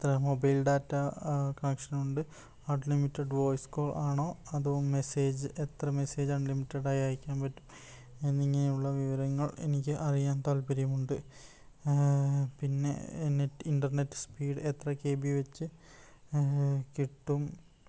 എത്ര mobile data കണക്ഷനുണ്ട് unlimited voice call ആണോ അതോ മെസ്സേജ് എത്ര മെസ്സേജ് അൺലിമിറ്റഡായി അയക്കാൻ പറ്റും എന്നിങ്ങനെയുള്ള വിവരങ്ങൾ എനിക്ക് അറിയാൻ താൽപ്പര്യമുണ്ട് പിന്നെ നെറ്റ് ഇൻ്റർനെറ്റ് സ്പീഡ് എത്ര കെ ബി വെച്ച് കിട്ടും